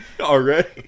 Already